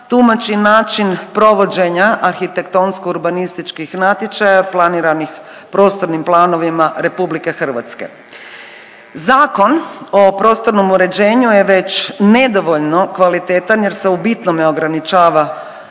tumači način provođenja arhitektonsko-urbanističkih natječaja planiranih prostornim planovima Republike Hrvatske. Zakon o prostornom uređenju je već nedovoljno kvalitetan jer se u bitnome ograničava